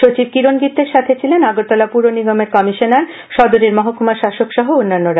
সচিব কিরণ গিত্তের সাথে ছিলেন আগরতলা পূর নিগমের কমিশনার সদরের মহকুমা শাসক সহ অন্যান্যরা